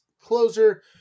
closer